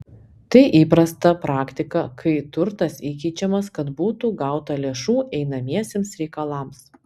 tai įprasta praktika kai turtas įkeičiamas kad būtų gauta lėšų einamiesiems reikalams